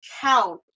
count